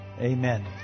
amen